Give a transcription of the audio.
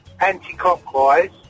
anti-clockwise